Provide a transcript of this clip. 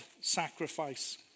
sacrifice